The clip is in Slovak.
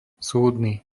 súdny